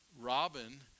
Robin